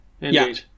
Indeed